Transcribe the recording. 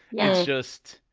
yeah it's just.